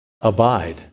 abide